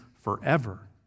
forever